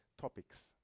topics